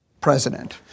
president